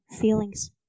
feelings